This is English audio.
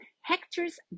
Hector's